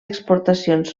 exportacions